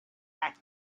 that